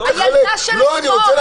--- לילדה של אתמול.